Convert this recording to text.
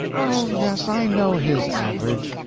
oh yes, i know his average.